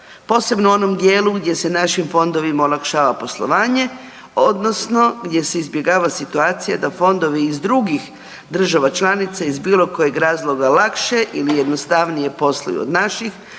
Posebno u onom dijelu gdje se našim fondovima olakšava poslovanje, odnosno gdje se izbjegava situacija da fondovi iz drugih država članica iz bilo kojeg razloga lakše ili jednostavnije posluju od naših,